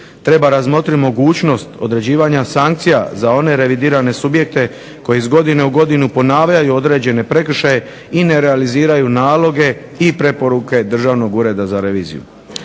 Treba razmotriti mogućnost određivanja sankcija za one revidirane subjekte koji iz godine u godinu ponavljaju određene prekršaje i ne realiziraju naloge i preporuke Državnog ureda za reviziju.